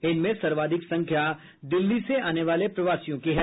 इनमें सर्वाधिक संख्या दिल्ली से आने वाले प्रवासियों की है